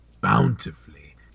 Bountifully